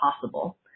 possible